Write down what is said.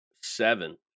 seven